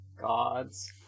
gods